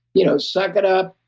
you know suck it up.